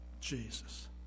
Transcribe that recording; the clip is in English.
Jesus